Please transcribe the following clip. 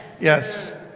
Yes